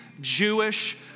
Jewish